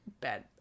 bad